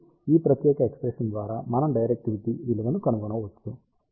కాబట్టి ఈ ప్రత్యేక ఎక్ష్ప్రెషన్ ద్వారా మనం డైరెక్టివిటీ విలువను కనుగొనవచ్చు